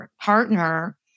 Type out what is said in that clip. partner